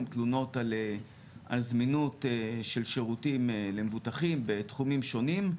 תלונות על זמינות של שירותים למבוטחים בתחומים שונים,